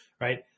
right